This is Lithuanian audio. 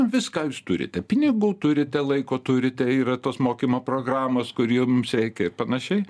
viską jūs turite pinigų turite laiko turite yra tos mokymo programos kur jums reikia ir panašiai